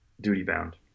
duty-bound